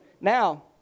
now